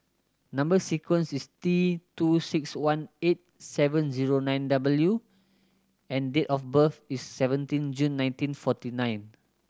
number sequence is T two six one eight seven zero nine W and date of birth is seventeen June nineteen fourteen nine